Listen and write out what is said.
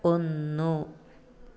ഒന്നു